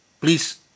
Please